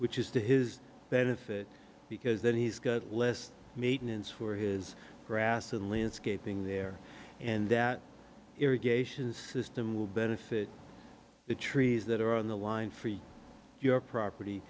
which is to his benefit because then he's got less maintenance for his grass and landscaping there and that irrigation system will benefit the trees that are on the line for your property